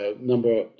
number